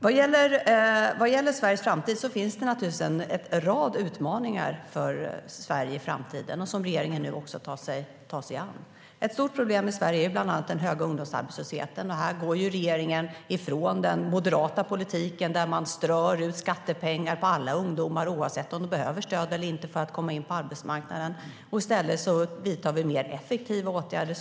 Vad gäller Sveriges framtid finns det naturligtvis en rad utmaningar, som regeringen nu också tar sig an. Ett stort problem i Sverige är bland annat den höga ungdomsarbetslösheten. Här går regeringen ifrån den moderata politiken där man strör ut skattepengar på alla ungdomar, oavsett om de behöver stöd eller inte för att komma in på arbetsmarknaden. Vi vidtar i stället mer effektiva åtgärder.